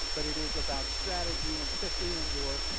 but it is about strategy and especially indoor,